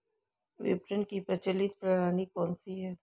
विपणन की प्रचलित प्रणाली कौनसी है?